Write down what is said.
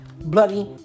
bloody